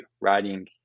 Writing